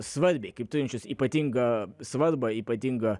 svarbiai kaip turinčius ypatingą svarbą ypatingą